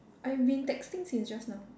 I've been texting since just now